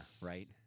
right